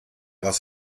was